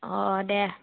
अ दे